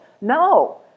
No